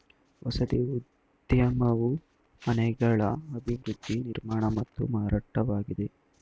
ವಸತಿ ಉದ್ಯಮವು ಮನೆಗಳ ಅಭಿವೃದ್ಧಿ ನಿರ್ಮಾಣ ಮತ್ತು ಮಾರಾಟವಾಗಿದೆ